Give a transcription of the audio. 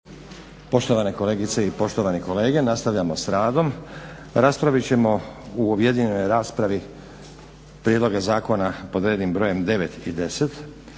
Poštovane kolegice i poštovani kolege, nastavljamo s radom. Raspravit ćemo u objedinjenoj raspravi prijedloge zakona pod rednim brojem 9. i 10.